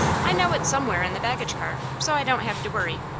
i know it's somewhere in the baggage car, so i don't have to worry.